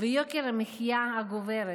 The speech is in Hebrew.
ויוקר המחיה הגובר,